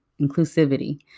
inclusivity